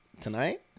tonight